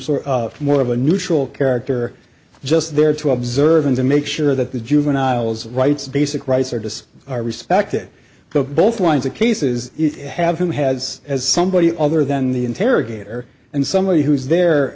sort of more of a neutral character just there to observe and to make sure that the juveniles rights basic rights are to are respected go both lines of cases have who has as somebody other than the interrogator and somebody who is there